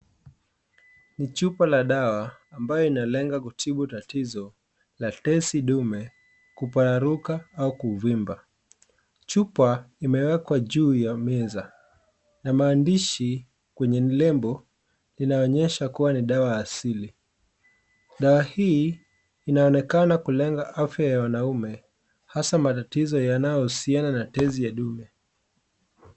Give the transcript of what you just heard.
Ni chupa la dawa ambayo inalenga kutibu tatizo la tezi dume ,kupararuka au kuvimba, chupa imewekwa juu ya meza na maandishi kwenye lebo inaoyesha kuwa ni dawa asili. Dawa hii inaonekana kulenga afya ya wanaume hasa matatizo yanayohusiana na tezi ya dume.